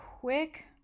quick